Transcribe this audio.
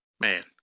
man